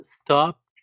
stopped